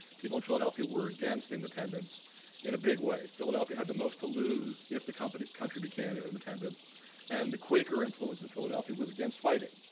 people in philadelphia were against independence in a big way. philadelphia had the most to lose if the company country became independent and the quaker influence in philadelphia was against fighting.